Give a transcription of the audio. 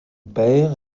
père